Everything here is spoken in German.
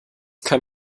kann